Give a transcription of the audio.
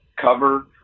Cover